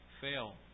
fail